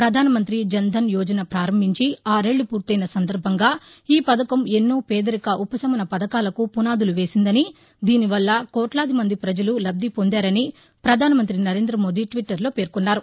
ప్రధాన మంతి జన్ధన్ యోజన ప్రారంభించి ఆరేళ్లు పూర్తయిన సందర్భంగా ఈ పథకం ఎన్నో పేదరిక ఉపశమన పథకాలకు పునాదులు వేసిందని దీనివల్ల కోట్లాది మంది ప్రజలు లబ్దిపొందారని ప్రధానమంతి నరేంద్ర మోదీ ట్విట్లర్లో పేర్కొన్నారు